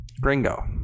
Gringo